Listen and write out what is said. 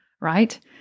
right